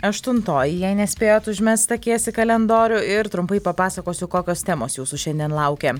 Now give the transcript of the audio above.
aštuntoji jei nespėjot užmest akies į kalendorių ir trumpai papasakosiu kokios temos jūsų šiandien laukia